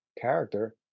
character